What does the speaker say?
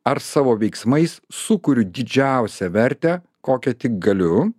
ar savo veiksmais sukuriu didžiausią vertę kokią tik galiu